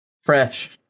fresh